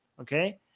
okay